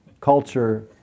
culture